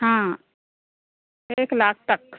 हाँ एक लाख तक